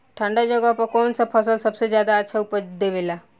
ठंढा जगह पर कौन सा फसल सबसे ज्यादा अच्छा उपज देवेला?